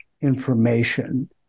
information